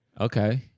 Okay